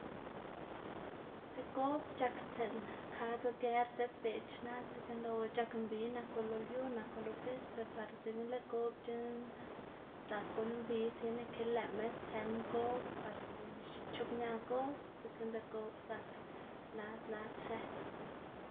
tib go'b c̲h̲akstsiꞌn kad lger diꞌt beꞌd xna, dzekna lëꞌwu c̲h̲ak mbi, naku lo lyu, naku lo pis ber par dzekna lëꞌ goꞌb c̲h̲eꞌn zak guꞌnn mbi tiene ke lëꞌma sën goꞌb par ic̲h̲oꞌbña goꞌb, dzekna lëꞌ goꞌb zak lad lad së.